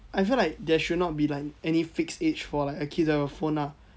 I feel like there should not be any fixed age for like a kid to have a phone ah